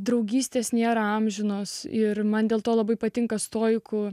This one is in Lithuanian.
draugystės nėra amžinos ir man dėl to labai patinka stoikų